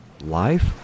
Life